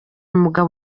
umugabo